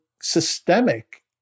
systemic